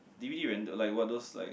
d_v_d rent a like those like